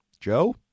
Joe